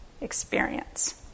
experience